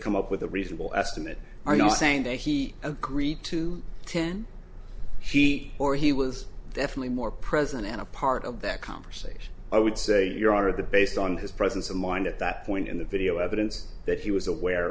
come up with a reasonable estimate are now saying that he agreed to ten she or he was definitely more present and a part of that conversation i would say your are of that based on his presence of mind at that point in the video evidence that he was aware